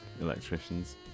electricians